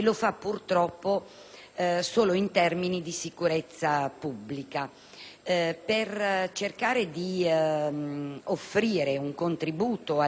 solo in termini di sicurezza pubblica. Per cercare di offrire un contributo alla discussione